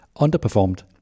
underperformed